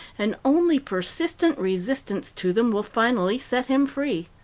and only persistent resistance to them will finally set him free.